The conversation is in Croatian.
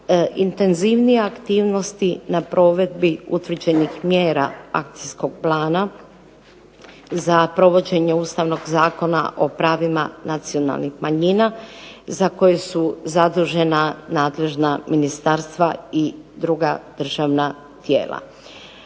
intenzivnije aktivnosti na provedbi utvrđenih mjera akcijskog plana za provođenje Ustavnog zakona o pravima nacionalnih manjina za koje su zadužena nadležna ministarstva i druga državna tijela.